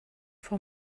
for